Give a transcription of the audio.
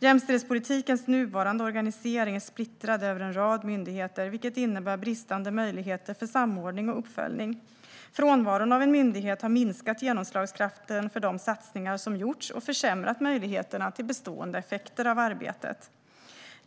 Jämställdhetspolitikens nuvarande organisering är splittrad över en rad myndigheter, vilket innebär bristande möjligheter för samordning och uppföljning. Frånvaron av en myndighet har minskat genomslagskraften för de satsningar som har gjorts och försämrat möjligheterna till bestående effekter av arbetet.